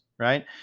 Right